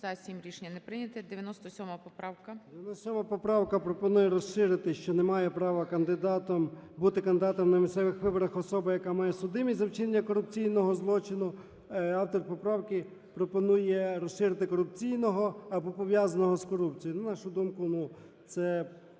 За-7 Рішення не прийнято. 97 поправка. 17:32:03 ЧЕРНЕНКО О.М. 97 поправка пропонує розширити, що не має права бути кандидатом на місцевих виборах особа, яка має судимість за вчинення корупційного злочину. Автор поправки пропонує розширити корупційного або пов'язаного з корупцією. На нашу думку, це